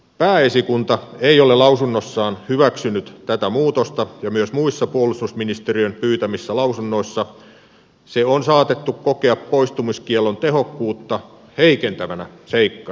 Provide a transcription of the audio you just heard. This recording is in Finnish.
pääesikunta ei ole lausunnossaan hyväksynyt tätä muutosta ja myös muissa puolustusministeriön pyytämissä lausunnoissa se on saatettu kokea poistumiskiellon tehokkuutta heikentävänä seikkana